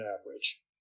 average